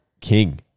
king